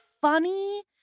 funny